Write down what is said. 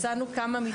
הצענו כמה מתווים.